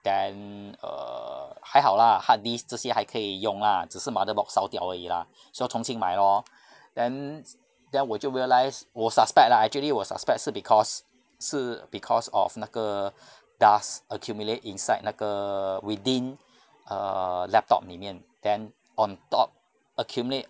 then err 还好 lah hard disk 这些还可以用 lah 只是 motherboard 烧掉而已 lah so 从新买 lor then then 我就 realize 我 suspect lah actually 我 suspect 是 because 是 because of 那个 dust accumulate inside 那个 within a laptop 里面 then on top accumulate